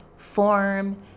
Form